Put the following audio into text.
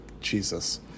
Jesus